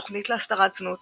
תוכנית להסדרת זנות